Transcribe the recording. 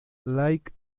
like